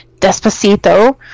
Despacito